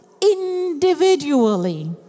individually